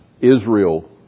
Israel